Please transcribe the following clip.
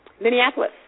Minneapolis